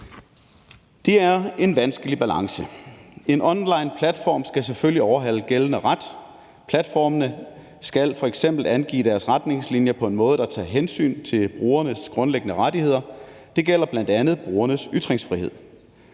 Det er en vanskelig balance. En onlineplatform skal selvfølgelig overholde gældende ret, og platformene skal f.eks. angive deres retningslinjer på en måde, der tager hensyn til brugernes grundlæggende rettigheder, og det gælder bl.a. brugernes ytringsfrihed.